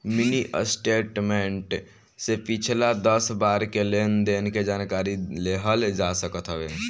mini statement से पिछला दस बार के लेनदेन के जानकारी लेहल जा सकत हवे